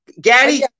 Gaddy